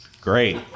Great